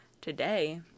Today